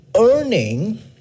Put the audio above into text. earning